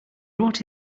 wrote